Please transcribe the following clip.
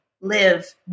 live